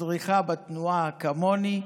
מדריכה בתנועה כמוני,